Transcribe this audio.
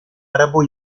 arabo